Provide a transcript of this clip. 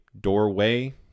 doorway